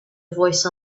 voice